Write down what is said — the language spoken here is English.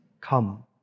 come